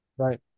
Right